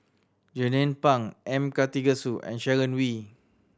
Jernnine Pang M Karthigesu and Sharon Wee